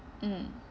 mm